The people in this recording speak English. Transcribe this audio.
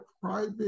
private